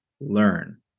learn